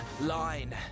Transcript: line